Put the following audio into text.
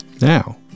Now